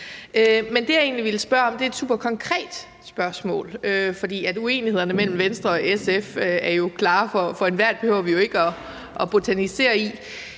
Men det, jeg egentlig ville, var at stille et superkonkret spørgsmål, for uenighederne mellem Venstre og SF er jo klare for enhver; det behøver vi ikke at botanisere i.